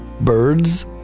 birds